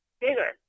bigger